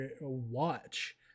watch